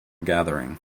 gathering